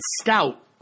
stout